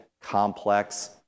complex